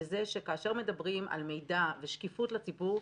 והם שכאשר מדברים על מידע ושקיפות לציבור,